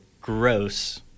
gross